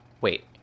Wait